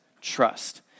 trust